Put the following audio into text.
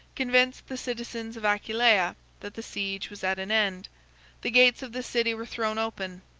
convinced the citizens of aquileia that the siege was at an end the gates of the city were thrown open,